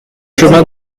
chemin